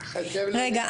רגע,